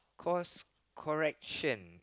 cause correction